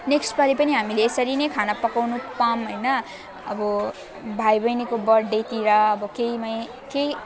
नेक्स्टपालि पनि हामीले यसरी नै खाना पकाउनु पाऊँ हैन अब भाइबैनीको बर्डडेतिर अब केहीमा केही